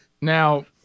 Now –